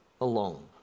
alone